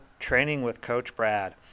trainingwithcoachbrad